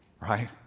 right